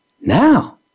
now